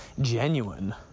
Genuine